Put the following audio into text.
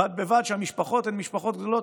ובד בבד המשפחות הן משפחות גדולות,